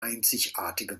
einzigartige